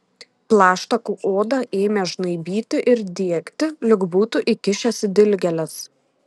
plaštakų odą ėmė žnaibyti ir diegti lyg būtų įkišęs į dilgėles